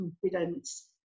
confidence